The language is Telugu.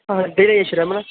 డీలే చేసినారా ఏమన్నా